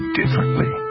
differently